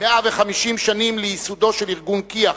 150 שנים לייסודו של ארגון כי"ח,